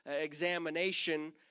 examination